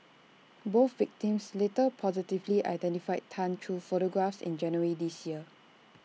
both victims later positively identified Tan through photographs in January this year